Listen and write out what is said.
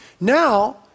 Now